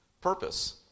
purpose